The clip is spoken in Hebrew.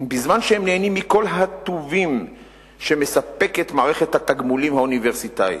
בזמן שהם נהנים מכל הטוב שמספקת מערכת התגמולים האוניברסיטאית.